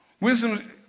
Wisdom